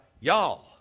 y'all